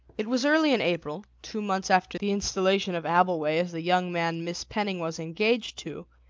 it was early in april, two months after the installation of abbleway as the young man miss penning was engaged to,